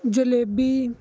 jalebi